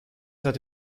seit